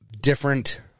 different